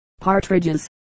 partridges